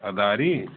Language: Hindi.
आदारी